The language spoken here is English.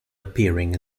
appearing